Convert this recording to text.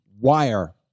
wire